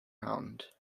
round